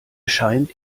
scheint